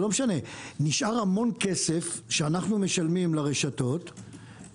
נשאר המון כסף שאנו משלמים לרשתות.